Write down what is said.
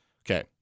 okay